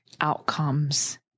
outcomes